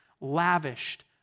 lavished